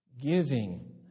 giving